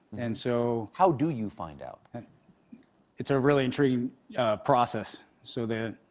and so how do you find out? and it's a really intriguing process. so the